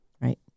Right